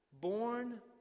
born